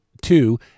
Two